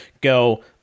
go